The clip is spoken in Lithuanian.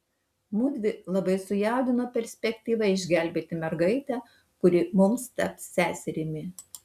mudvi labai sujaudino perspektyva išgelbėti mergaitę kuri mums taps seserimi